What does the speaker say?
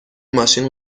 ماشین